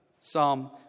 Psalm